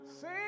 Sing